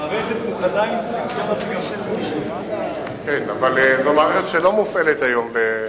מערכת מוכנה, כן, אבל זו מערכת שלא מופעלת היום.